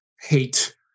hate